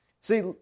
See